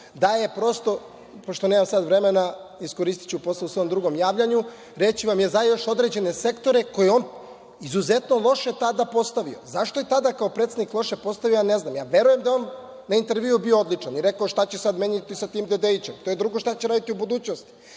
da je prosto, pošto nemam sada vremena, iskoristiću posle u svom drugom javljanju, reći vam, za još određene sektore koje je on izuzetno loše tada postavio. Zašto je tada kao predsednik loše postavio, ja ne znam. Ja verujem da je on na intervjuu bio odličan i rekao – šta će sada menjati sa tim Dedejićem. To je drugo šta će raditi u budućnosti.